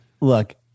Look